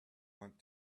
want